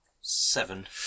seven